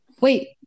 Wait